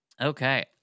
Okay